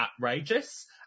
outrageous